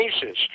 cases